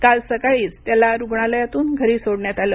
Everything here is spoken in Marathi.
काल सकाळीच त्याला रुग्णालयातून घरी सोडण्यात आलं